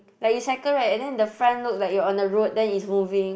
like you cycle right and then the front look like you are on the road then it's moving